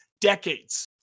decades